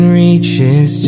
reaches